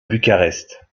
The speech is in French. bucarest